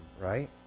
right